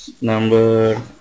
number